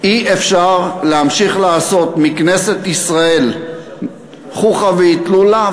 אי-אפשר להמשיך לעשות מכנסת ישראל חוכא ואטלולא,